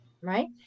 right